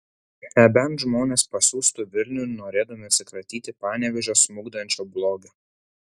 nebent žmonės pasiųstų vilniun norėdami atsikratyti panevėžio smukdančio blogio